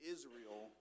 Israel